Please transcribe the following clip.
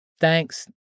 Thanks